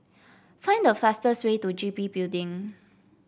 find the fastest way to G B Building